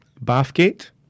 Bathgate